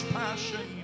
passion